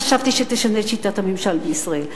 חשבתי שתשנה את שיטת הממשל בישראל,